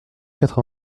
quatre